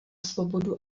svobodu